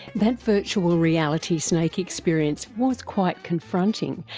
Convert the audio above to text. that virtual reality snake experience was quite confronting,